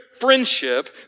friendship